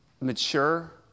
mature